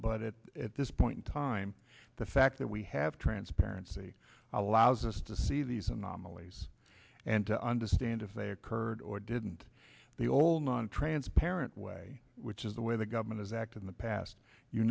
is at this point in time the fact that we have transparency allows us to see see these anomalies and to understand if they occurred or didn't the ole nontransparent way which is the way the government is act in the past you